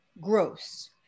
gross